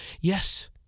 yes